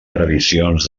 previsions